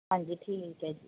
ਹਾਂਜੀ ਠੀਕ ਹੈ ਜੀ